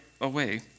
away